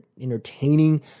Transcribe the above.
entertaining